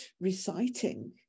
reciting